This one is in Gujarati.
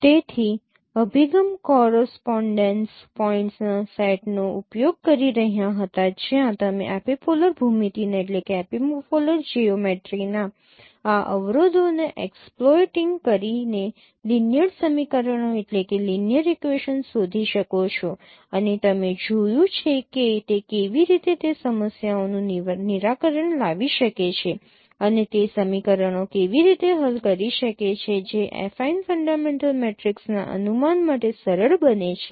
તેથી અભિગમ કોરસપોનડેન્સ પોઇન્ટ્સના સેટનો ઉપયોગ કરી રહ્યા હતા જ્યાં તમે એપિપોલર ભૂમિતિના આ અવરોધોને એક્સપ્લોઈટીંગ કરી ને લિનિયર સમીકરણો શોધી શકો છો અને તમે જોયું છે કે તે કેવી રીતે તે સમસ્યાઓનું નિરાકરણ લાવી શકે છે અને તે સમીકરણો કેવી રીતે હલ કરી શકે છે જે એફાઇન ફંડામેન્ટલ મેટ્રિક્સના અનુમાન માટે સરળ બને છે